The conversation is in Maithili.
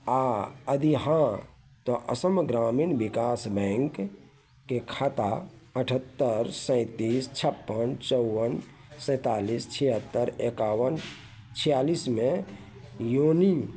आओर यदि हाँ तऽ असम ग्रामीण विकास बैँकके खाता अठहत्तरि सैँतिस छप्पन चौवन सैँतालिस छिहत्तरि एकावन छिआलिसमे योनी